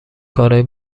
کارهای